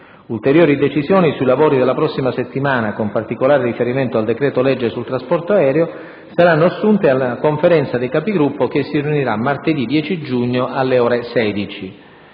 Ulteriori decisioni sui lavori della prossima settimana, con particolare riferimento al decreto-legge sul trasporto aereo, saranno assunte dalla Conferenza dei Capigruppo che si riunirà martedì 10 giugno, alle ore 16.